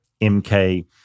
MK